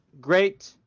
great